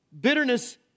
bitterness